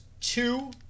two